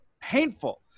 painful